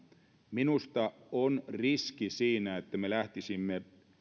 minusta on riski siinä että me lähtisimme